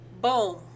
Boom